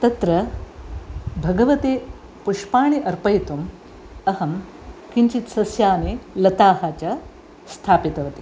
तत्र भगवते पुष्पाणि अर्पयितुं अहं किञ्चित् सस्यानि लताः च स्थापितवती